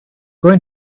going